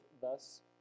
thus